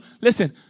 listen